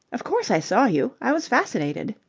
of course i saw you. i was fascinated.